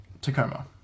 Tacoma